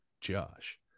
Josh